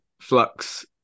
flux